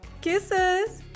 Kisses